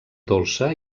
dolça